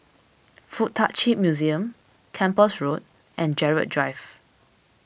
Fuk Tak Chi Museum Kempas Road and Gerald Drive